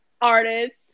artists